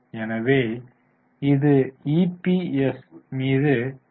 எனவே இது இபிஎஸ் மீது டி